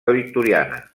victoriana